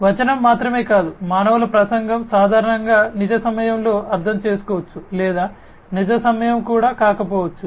వచనం మాత్రమే కాదు మానవుల ప్రసంగం సాధారణంగా నిజ సమయంలో అర్థం చేసుకోవచ్చు లేదా నిజ సమయము కూడా కాకపోవచ్చు